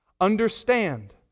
Understand